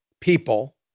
people